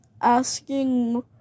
asking